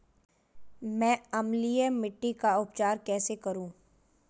मैं अम्लीय मिट्टी का उपचार कैसे करूं?